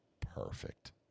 perfect